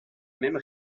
même